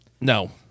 no